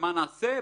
ומה נעשה,